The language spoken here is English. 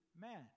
man